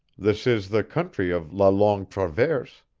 this is the country of la longue traverse.